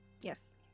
Yes